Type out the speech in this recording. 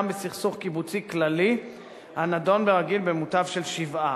בסכסוך קיבוצי כללי הנדון ברגיל במותב של שבעה.